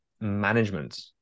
management